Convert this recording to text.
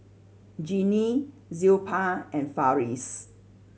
Genie Zilpah and Farris